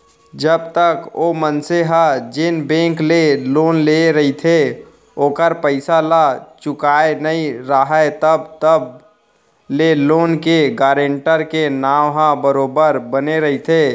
जब तक ओ मनसे ह जेन बेंक ले लोन लेय रहिथे ओखर पइसा ल चुकाय नइ राहय तब तक ले लोन के गारेंटर के नांव ह बरोबर बने रहिथे